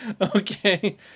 Okay